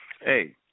Hey